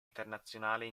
internazionale